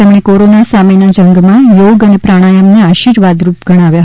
તેમણે કોરોના સામેની જંગમાં યોગ અને પ્રાણાયમને આશીર્વાદરૂપ ગણાવ્યા